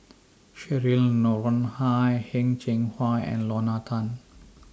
Cheryl Noronha Heng Cheng Hwa and Lorna Tan